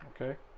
Okay